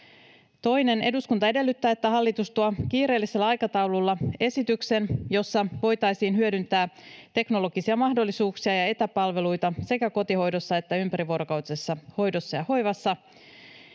Toiseksi: ”Eduskunta edellyttää, että hallitus tuo kiireellisellä aikataululla esityksen, jossa voitaisiin hyödyntää teknologisia mahdollisuuksia ja etäpalveluita sekä kotihoidossa että ympärivuorokautisessa hoidossa ja hoivassa.”